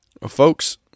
Folks